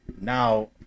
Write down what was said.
now